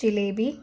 jalebi